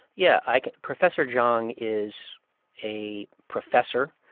yeah. i professor zhang is a professor,